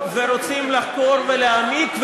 ורוצים לחקור ולהעמיק,